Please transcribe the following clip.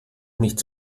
nichts